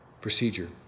procedure